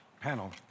panel